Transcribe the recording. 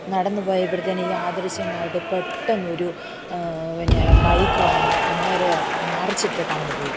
നടന്ന് പോയ ഇവിടെ തന്നെ യാദൃശ്ചികമായിട്ട് പെട്ടെന്നൊരു പിന്നെ ബൈക്ക് വന്നു അങ്ങരെ മറിച്ചിട്ടിട്ട് അങ്ങ് പോയി